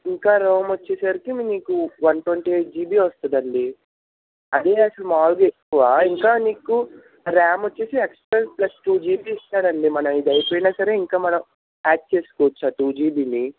ఇంకా రోమ్ వచ్చేసరికి మీకు వన్ ట్వంటీ ఎయిట్ జీబీ వస్తుంది అండి అదే అసలు మాములుగా ఎక్కువ ఇంకా మీకు ర్యామ్ వచ్చి ఎక్స్ట్రా ప్లస్ టూ జీబీ ఇస్తాడు అండి మనకి ఇది అయిపోయినా సరే ఇంకా మనం యాడ్ చేసుకొవచ్చు ఆ టూ జీబీని